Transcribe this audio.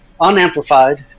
unamplified